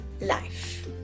life